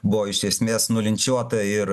buvo iš esmės nulinčiuota ir